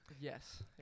Yes